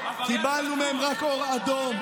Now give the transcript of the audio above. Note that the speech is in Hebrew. האחרונות קיבלנו מהם זה רק אור אדום,